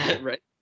right